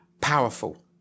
powerful